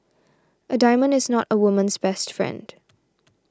a diamond is not a woman's best friend